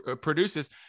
produces